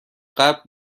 قبل